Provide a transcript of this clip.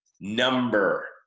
Number